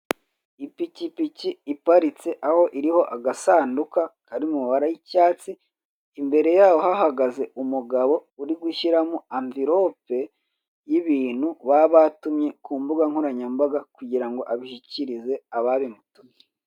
Ipikipiki iparitse aho iriho agasanduka kari mu mabara ry'icyatsi, imbere yaho hahagaze umugabo uri gushyiramo amvirope y'ibintu baba batumye ku mbuga nkoranyambaga kugira ngo ababishyikirize ababimutumye.